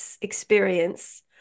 experience